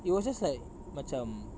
it was just like macam